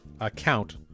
account